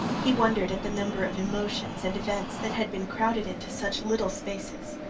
he wondered at the number of emotions and events that had been crowded into such little spaces.